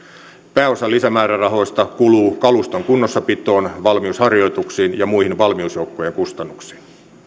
pääosa lisämäärärahoista kuluu kaluston kunnossapitoon valmiusharjoituksiin ja muihin valmiusjoukkojen kustannuksiin